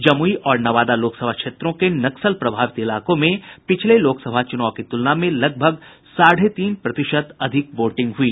जमुई और नवादा लोकसभा क्षेत्रों के नक्सल प्रभावित इलाकों में पिछले लोकसभा चुनाव की तुलना में लगभग साढ़े तीन प्रतिशत अधिक वोटिंग हुई